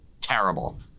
terrible